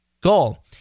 goal